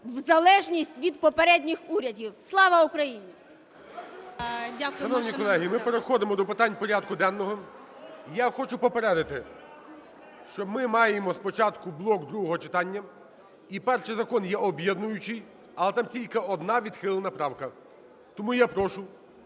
в залежність від попередніх урядів. Слава Україні!